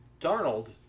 Darnold